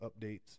updates